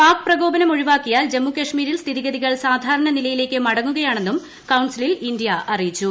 പാക് പ്രകോപനം ഒഴിവാക്കിയാൽ ജമ്മുകശ്മീരിൽ സ്ഥിതിഗതികൾ സാധാരണ നിലയിലേയ്ക്ക് മടങ്ങുകയാണെന്നും ക്യൂണ്ട്രസിലിൽ ഇന്ത്യ അറിയിച്ചു